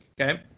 Okay